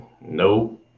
Nope